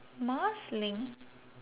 marsiling